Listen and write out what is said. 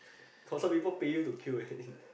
got some people pay you to queue eh